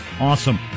Awesome